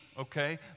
okay